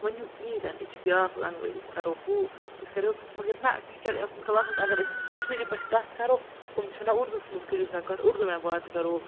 ؤنِو کِہیٖنۍ تہِ نہٕ یہِ چھِ بیٛاکھ لنٛگویج أسۍ کَرو ہُہ أسۍ کَرو مگر نہ ٹیٖچَر اٮ۪ژُن کٕلاسَس منٛز اگر أسۍ کَشمیٖری پٲٹھۍ کَتھ کَرو تِم چھِ ونان اُردوَس منٛز کٔرِو سا کَتھ اردو میں بات کرو